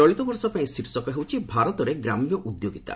ଚଳିତ ବର୍ଷ ପାଇଁ ଶୀର୍ଷକ ହେଉଛି ଭାରତରେ ଗ୍ରାମ୍ୟ ଉଦ୍ୟୋମିତା